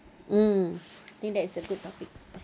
mm think that is a good topic